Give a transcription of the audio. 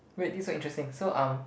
wait this one interesting so um